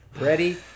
Ready